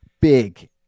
Big